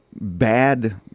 bad